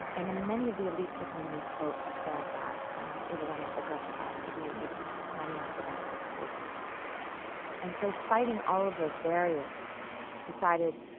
and many of the elites with whom we spoke said that um it was unethical for us to be making money off the backs of poor people and so fighting all of those barriers decided,